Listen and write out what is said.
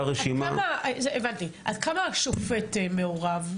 עד כמה השופט מעורב?